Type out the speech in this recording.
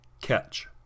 Catch